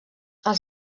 els